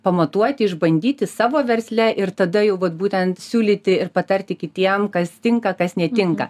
pamatuoti išbandyti savo versle ir tada jau va būtent siūlyti ir patarti kitiem kas tinka kas netinka